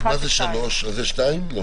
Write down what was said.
אני